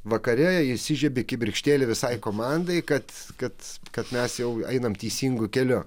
vakarėja įsižiebė kibirkštėlė visai komandai kad kad kad mes jau einam teisingu keliu